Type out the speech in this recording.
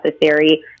necessary